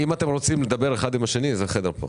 אם אתם רוצים לדבר האחד עם השני צאו לחדר הסמוך.